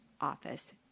office